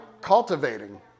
cultivating